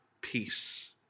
peace